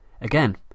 Again